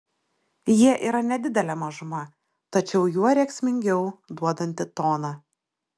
jie yra nedidelė mažuma tačiau juo rėksmingiau duodanti toną